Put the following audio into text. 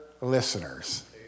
listeners